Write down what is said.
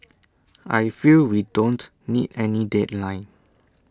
I feel we don't need any deadline